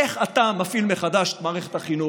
איך אתה מפעיל מחדש את מערכת החינוך,